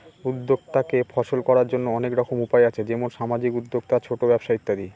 উদ্যক্তাকে সফল করার জন্য অনেক রকম উপায় আছে যেমন সামাজিক উদ্যোক্তা, ছোট ব্যবসা ইত্যাদি